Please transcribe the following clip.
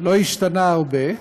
לא השתנה הרבה,